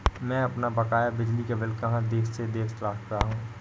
मैं अपना बकाया बिजली का बिल कहाँ से देख सकता हूँ?